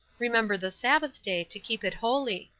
remember the sabbath day, to keep it holy